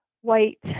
white